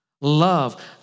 Love